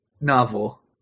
novel